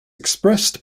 expressed